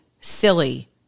silly